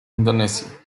indonesia